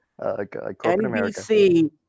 NBC